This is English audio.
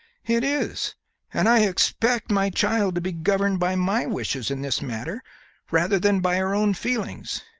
it is and i expect my child to be governed by my wishes in this matter rather than by her own feelings.